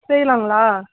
செய்யலாங்களா